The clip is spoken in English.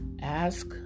ask